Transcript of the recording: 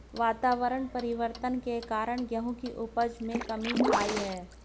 वातावरण परिवर्तन के कारण गेहूं की उपज में कमी आई है